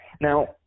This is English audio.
Now